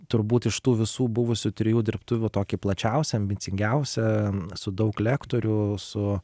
turbūt iš tų visų buvusių trijų dirbtuvių tokį plačiausią ambicingiausią su daug lektorių su